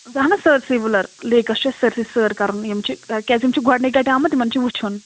اَہن حظ سٲرسٕے وٕلَر لیکَس چھُ اَسہِ سٲرسٕے سٲر کَرُن یِم چھِ کیٛازِ یِم چھِ گۄڈٕنِچ لَٹہِ آمٕتۍ یِمَن چھُ وٕچھُن